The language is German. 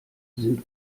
sind